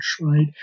right